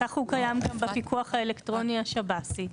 כך הוא קיים גם בפיקוח האלקטרוני השב"סי.